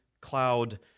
cloud